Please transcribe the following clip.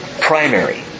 primary